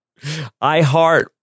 iHeart